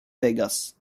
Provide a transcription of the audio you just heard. vegas